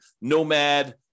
Nomad